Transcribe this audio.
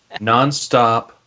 nonstop